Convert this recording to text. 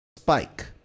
Spike